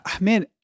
man